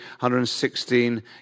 116